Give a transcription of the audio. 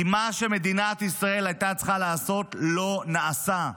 כי מה שמדינת ישראל הייתה צריכה לעשות לא נעשה.